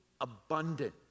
abundant